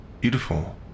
beautiful